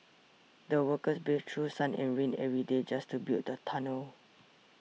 the workers braved through sun and rain every day just to build the tunnel